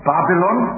Babylon